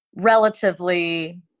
relatively